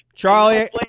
Charlie